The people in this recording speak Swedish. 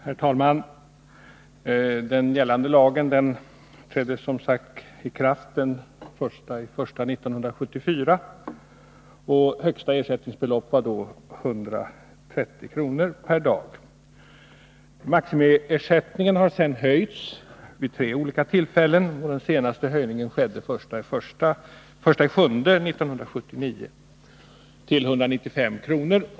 Herr talman! Den gällande lagen trädde, som det har sagts, i kraft den 1 januari 1974. Högsta ersättningsbelopp var då 130 kr. per dag. Maximiersättningen har sedan höjts vid tre olika tillfällen. Den senaste höjningen skedde den 1 juli 1979, och den högsta ersättningen blev då 195 kr.